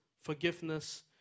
Forgiveness